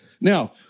Now